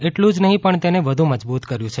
એટલું જ નહી પણ તેને વધુ મજબુત કર્યુ છે